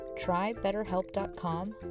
trybetterhelp.com